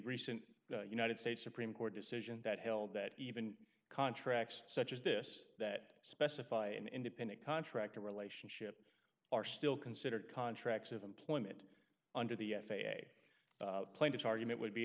recent united states supreme court decision that held that even contracts such as this that specify an independent contractor relationship are still considered contracts of employment under the f a a plaintiff's argument would be